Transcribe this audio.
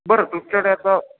बरं तुमच्याडे असा